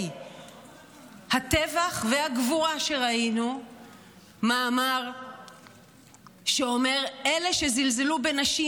הטבח והגבורה שראינו מאמר שאומר: אלה שזלזלו בנשים,